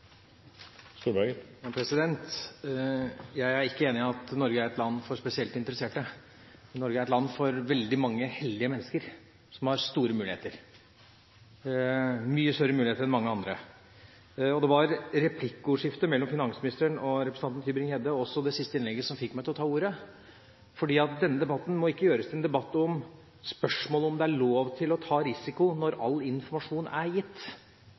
Jeg er ikke enig i at Norge er et land for spesielt interesserte. Norge er et land for veldig mange heldige mennesker som har store muligheter, mye større muligheter enn mange andre. Det var replikkvekslingen mellom finansministeren og representanten Tybring-Gjedde og også det siste innlegget som fikk meg til å ta ordet. For denne debatten må ikke gjøres til en debatt om spørsmålet om det er lov til å ta risiko når all informasjon er gitt,